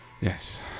Yes